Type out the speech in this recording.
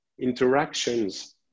interactions